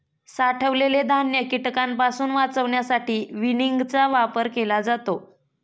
साठवलेले धान्य कीटकांपासून वाचवण्यासाठी विनिंगचा वापर केला जातो